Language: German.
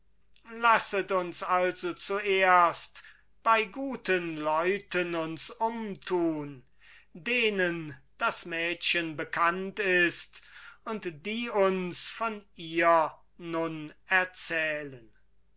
lasset uns also zuerst bei guten leuten uns umtun denen das mädchen bekannt ist und die uns von ihr nun erzählen